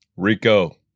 Rico